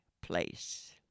place